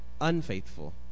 unfaithful